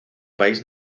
país